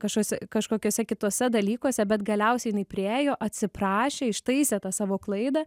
kažkas kažkokiuose kituose dalykuose bet galiausiai jinai priėjo atsiprašė ištaisė tą savo klaidą